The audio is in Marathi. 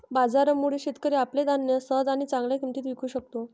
बाजारामुळे, शेतकरी आपले धान्य सहज आणि चांगल्या किंमतीत विकू शकतो